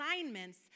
assignments